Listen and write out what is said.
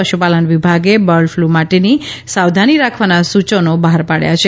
પશુપાલન વિભાગે બર્ડફ્લુ માટેની સાવધાની રાખવાના સૂચનો બહાર પાડ્યા છે